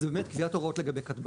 זה באמת קביעת הוראות לגבי כטב"מ.